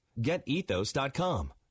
Getethos.com